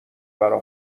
برا